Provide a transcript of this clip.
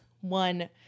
one